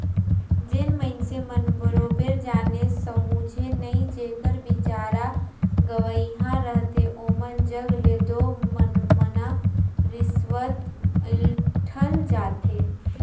जेन मइनसे मन बरोबेर जाने समुझे नई जेकर बिचारा गंवइहां रहथे ओमन जग ले दो मनमना रिस्वत अंइठल जाथे